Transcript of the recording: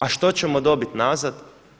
A što ćemo dobiti nazad?